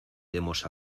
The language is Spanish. demos